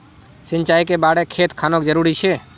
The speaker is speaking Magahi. सिंचाई कै बार खेत खानोक जरुरी छै?